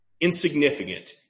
Insignificant